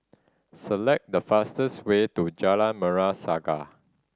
select the fastest way to Jalan Merah Saga